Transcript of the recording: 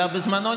אלא בזמנו,